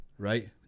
right